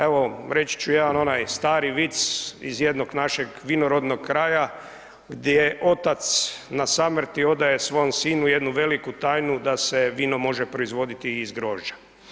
Evo, reći ću jedan onaj stari vic iz jednog našeg vinorodnog kraja gdje otac na samrti odaje svom sinu jednu veliku tajnu da se vino može proizvoditi i iz grožđa.